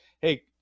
Hey